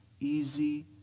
easy